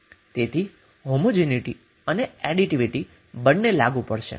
તેથી હોમોજીનીટી અને એડીટીવીટી બંને માટે લાગુ પડશે